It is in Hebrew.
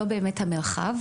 לא באמת המרחב,